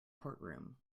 courtroom